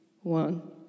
one